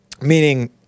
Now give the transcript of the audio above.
Meaning